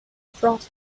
frost